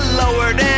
lowered